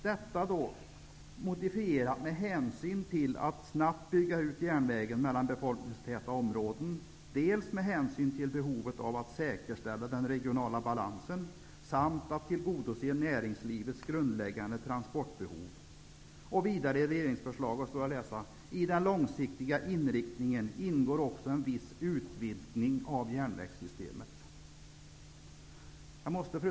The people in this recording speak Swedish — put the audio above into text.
Detta modifierat med hänsyn till önskvärdheten att snabbt bygga ut järnvägen mellan befolkningstäta områden, med hänsyn till behovet att säkerställa den regionala balansen och till behovet att tillgodose näringslivets grundläggande transportbehov. Vidare står det att läsa i regeringsförslaget: ''I den långsiktiga inriktningen ingår också en viss utvidgning av järnvägssystemet.'' Fru talman!